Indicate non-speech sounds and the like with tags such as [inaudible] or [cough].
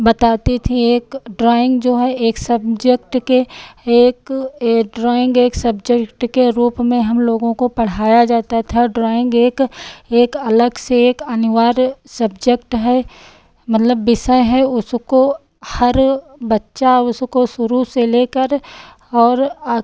बताती थीं एक ड्रॉइन्ग जो है एक सब्जेक्ट के एक ए ड्रॉइन्ग एक सब्जेक्ट के रूप में हमलोगों को पढ़ाया जाता था ड्रॉइन्ग एक एक अलग से एक अनिवार्य सब्जेक्ट है मतलब विषय है उसको हर बच्चा उसको शुरू से लेकर और [unintelligible]